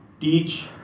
teach